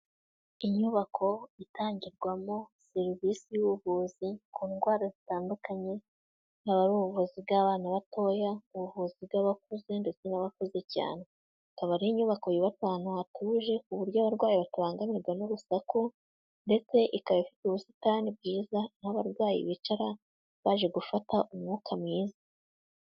Inyubako itangirwamo serivisi z'ubuvuzi ku ndwara zitandukanye, haba ari ubuvuzi bw'abana batoya, ubuvuzi bw'abakuze ndetse n'abakuze cyane, ikaba ari inyubako yubaka ahantu hatuje, ku buryo abarwayi batabangamirwa n'urusaku, ndetse ikaba fite ubusitani bwiza n'abarwayi bicara baje gufata umwuka mwiza.